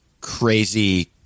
crazy